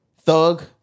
Thug